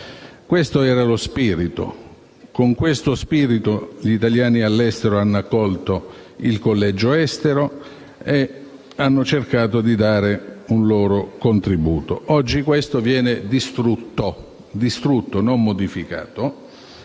Questo era lo spirito. E con questo spirito gli italiani all'estero hanno accolto il collegio estero cercando di dare un loro contributo. Oggi tutto questo viene distrutto - non modificato